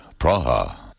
Praha